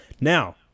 now